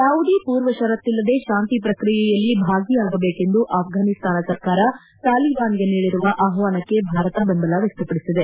ಯಾವುದೇ ಪೂರ್ವಪರತ್ತಿಲ್ಲದೆ ಶಾಂತಿ ಪ್ರಕ್ರಿಯೆಯಲ್ಲಿ ಭಾಗಿಯಾಗಬೇಕೆಂದು ಆಫ್ವಾನಿಸ್ತಾನ ಸರ್ಕಾರ ತಾಲೀಬಾನ್ಗೆ ನೀಡಿರುವ ಆಹ್ವಾನಕ್ಕೆ ಭಾರತ ಬೆಂಬಲ ವ್ಯಕ್ತಪಡಿಸಿದೆ